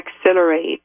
accelerate